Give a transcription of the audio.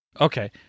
Okay